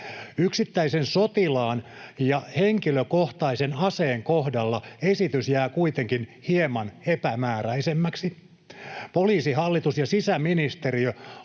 Yksittäisen sotilaan ja henkilökohtaisen aseen kohdalla esitys jää kuitenkin hieman epämääräisemmäksi. Poliisihallitus ja sisäministeriö